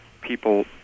people